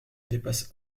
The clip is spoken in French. dépasse